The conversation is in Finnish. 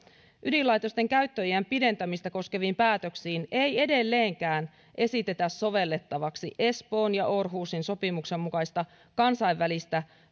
ydinlaitosten käyttöiän pidentämistä koskeviin päätöksiin ei edelleenkään esitetä sovellettavaksi espoon ja aarhusin sopimuksen mukaista kansainvälistä